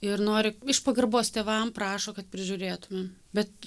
ir nori iš pagarbos tėvam prašo kad prižiūrėtumėm bet